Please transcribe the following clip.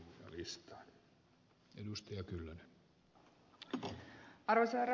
arvoisa herra puhemies